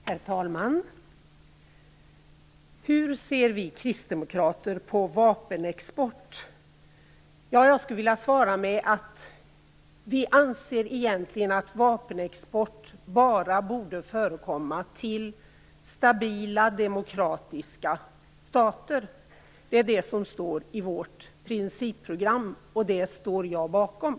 Herr talman! Hur ser vi kristdemokrater på vapenexport? Jag skulle vilja svara med att vi egentligen anser att vapenexport bara borde få förekomma till stabila demokratiska stater. Det är det som står i vårt principprogram, och det står jag bakom.